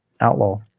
Outlaw